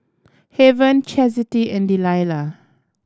Haven Chasity and Delilah